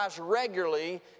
regularly